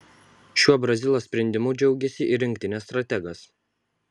šiuo brazilo sprendimu džiaugėsi ir rinktinės strategas